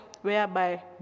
whereby